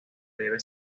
debe